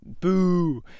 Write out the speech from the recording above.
boo